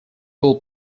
был